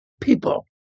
people